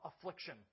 affliction